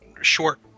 short